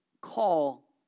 call